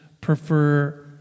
prefer